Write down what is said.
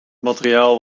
materiaal